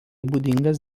būdingas